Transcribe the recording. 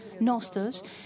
Nostos